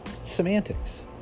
Semantics